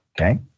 Okay